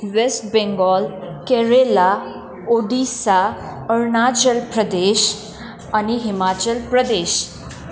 West Bengal Kerala Orissa Arunachal Pradesh अनि हिमाचल प्रदेश